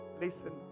Listen